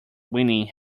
winning